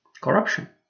Corruption